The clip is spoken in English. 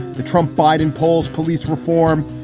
the trump biden polls, police reform.